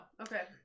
Okay